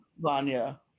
Vanya